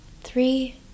three